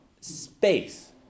space